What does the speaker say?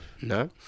No